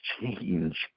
change